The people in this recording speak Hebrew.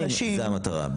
זאת המטרה.